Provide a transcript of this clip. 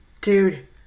dude